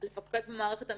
לפקפק במערכת המשפט.